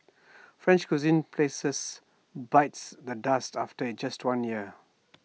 French cuisine places bites the dust after IT just one year